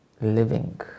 living